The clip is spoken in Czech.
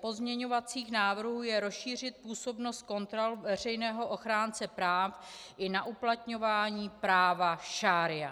pozměňovacích návrhů je rozšířit působnost kontrol veřejného ochránce práv i na uplatňování práva šaría.